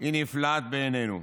היא נפלאת בעינינו".